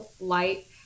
light